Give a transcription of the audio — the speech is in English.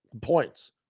points